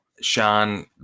Sean